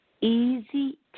Easy